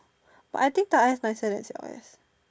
but I think 大 S nicer than 小 S